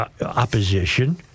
opposition